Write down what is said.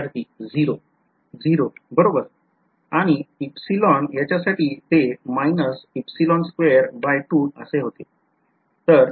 विध्यार्थी 0 0 बरोबर आणि याच्यासाठी ते असे होते